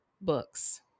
books